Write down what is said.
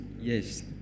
Yes